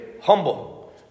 humble